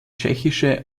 tschechische